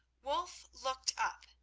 wulf looked up,